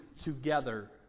together